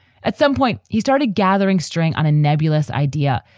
at some point, he started gathering string on a nebulous idea,